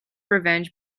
revenge